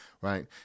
right